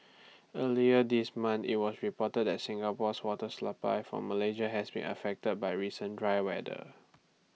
earlier this month IT was reported that Singapore's water supply from Malaysia has been affected by recent dry weather